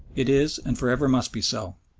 it is, and for ever must be so.